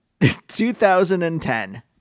2010